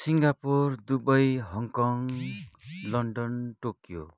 Singapore Dubai Hong Kong London Tokyo